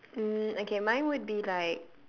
um okay mine would be like